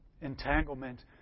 entanglement